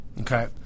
Okay